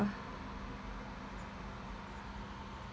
ah